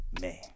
man